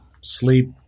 sleep